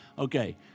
Okay